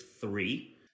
three